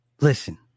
Listen